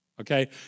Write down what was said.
Okay